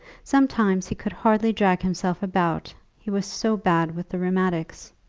sometimes he could hardly drag himself about, he was so bad with the rheumatics.